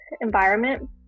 environment